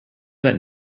that